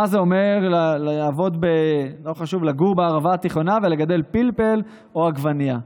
מה זה אומר לגור בערבה התיכונה ולגדל פלפל או עגבנייה?